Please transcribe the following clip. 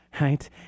right